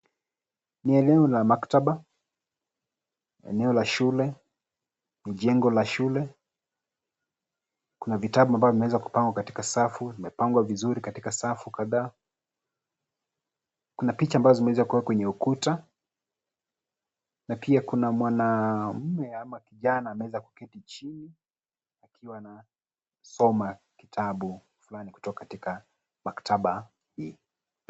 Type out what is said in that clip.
Ni eneo la maktaba, eneo la shule, ni jengo la shule, kuna vitabu ambavyo vimeweza kupangwa katika safu vimepangwa vizuri katika safu kadhaa, kuna picha ambazo zimeweza kuwekwa kwenye ukuta, na pia kuna mwanamume ama kijana amewezakuketi chini anasoma kitabu fulani kutoka katika maktaba hii.